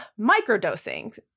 microdosing